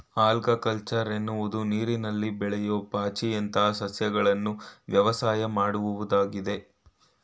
algaculture ಎನ್ನುವುದು ನೀರಿನಲ್ಲಿ ಬೆಳೆಯೂ ಪಾಚಿಯಂತ ಸಸ್ಯಗಳನ್ನು ವ್ಯವಸಾಯ ಮಾಡುವುದಾಗಿದೆ